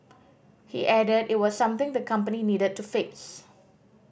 he added it was something the company needed to fix